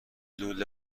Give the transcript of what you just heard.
لوله